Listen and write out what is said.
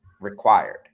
required